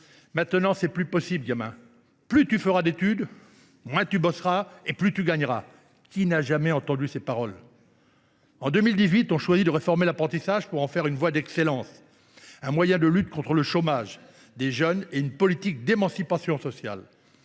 Maintenant, gamin, ce n’est plus possible : plus tu feras d’études, moins tu bosseras et plus tu gagneras. » Qui n’a jamais entendu ces paroles ? En 2018, on a choisi de réformer l’apprentissage pour en faire une voie d’excellence, un moyen de lutte contre le chômage des jeunes et une politique d’émancipation sociale.